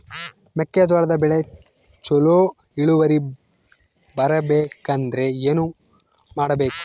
ಮೆಕ್ಕೆಜೋಳದ ಬೆಳೆ ಚೊಲೊ ಇಳುವರಿ ಬರಬೇಕಂದ್ರೆ ಏನು ಮಾಡಬೇಕು?